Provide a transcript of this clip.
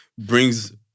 brings